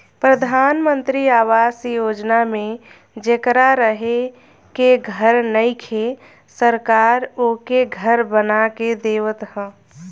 प्रधान मंत्री आवास योजना में जेकरा रहे के घर नइखे सरकार ओके घर बना के देवत ह